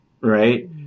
right